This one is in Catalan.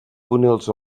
túnels